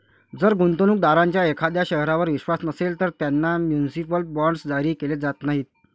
जर गुंतवणूक दारांचा एखाद्या शहरावर विश्वास नसेल, तर त्यांना म्युनिसिपल बॉण्ड्स जारी केले जात नाहीत